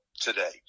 today